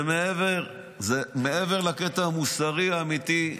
זה מעבר לקטע המוסרי האמיתי.